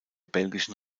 belgischen